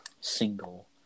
Single